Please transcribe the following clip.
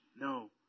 No